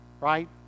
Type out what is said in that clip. right